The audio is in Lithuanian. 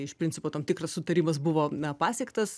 iš principo tam tikras sutarimas buvo pasiektas